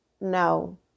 no